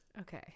Okay